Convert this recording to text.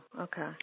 Okay